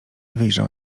wyjrzał